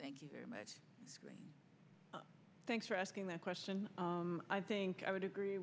thank you very much thanks for asking that question i think i would agree